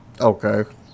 Okay